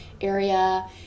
area